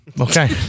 Okay